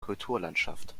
kulturlandschaft